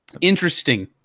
interesting